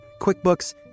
QuickBooks